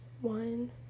One